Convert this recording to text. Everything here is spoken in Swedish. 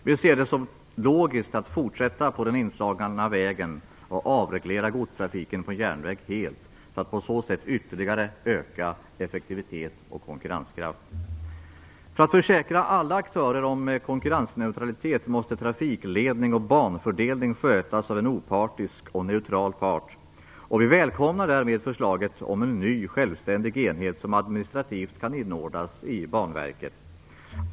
Vi ser det som logiskt att fortsätta på den inslagna vägen och vill avreglera godstrafiken på järnväg helt för att på så sätt ytterligare öka effektivitet och konkurrenskraft. För att försäkra alla aktörer om konkurrensneutralitet måste trafikledning och banfördelning skötas av en opartisk och neutral part, och vi välkomnar därmed förslaget om en ny självständig enhet som administrativt kan inordnas i Banverket.